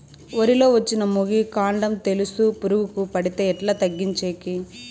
వరి లో వచ్చిన మొగి, కాండం తెలుసు పురుగుకు పడితే ఎట్లా తగ్గించేకి?